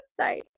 website